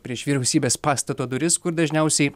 prieš vyriausybės pastato duris kur dažniausiai